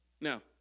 Now